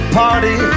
party